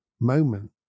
moment